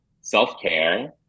self-care